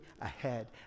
ahead